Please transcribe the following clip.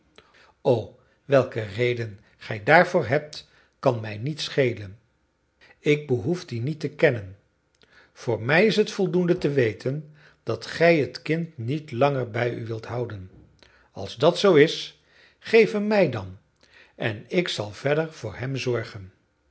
o welke reden gij daarvoor hebt kan mij niet schelen ik behoef die niet te kennen voor mij is het voldoende te weten dat gij het kind niet langer bij u wilt houden als dat zoo is geef hem mij dan en ik zal verder voor hem zorgen